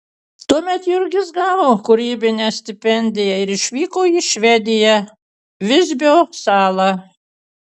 tuomet jurgis gavo kūrybinę stipendiją ir išvyko į švediją visbio salą